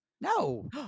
No